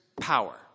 power